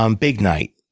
um big night.